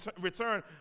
return